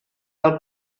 del